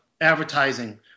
advertising